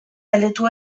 galdetu